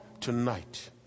tonight